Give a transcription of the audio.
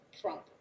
Trump